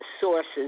sources